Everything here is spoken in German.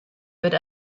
wird